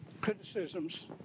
criticisms